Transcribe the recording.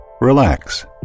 Relax